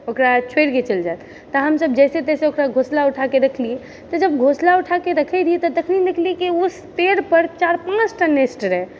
ओकरा छोड़िके चलि जाएत तऽ हमसब जैसे तैसे ओकरा घोसला उठाके रखलिऐ तऽ जब घोसला उठाके रखैत रहिऐ तऽ तखनि देखलिऐ कि ओहि पेड़ पर चारि पांँच टा नेस्ट रहै